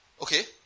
Okay